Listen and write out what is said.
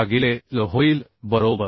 भागिले l होईल बरोबर